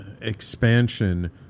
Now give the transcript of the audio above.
expansion